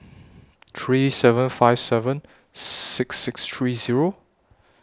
three seven five seven six six three Zero